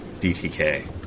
DTK